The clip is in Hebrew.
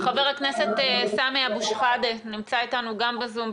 חבר הכנסת סמי אבו שחאדה נמצא אתנו גם ב"זום".